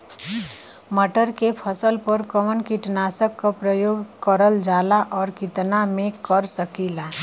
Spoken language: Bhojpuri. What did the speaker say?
मटर के फसल पर कवन कीटनाशक क प्रयोग करल जाला और कितना में कर सकीला?